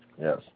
Yes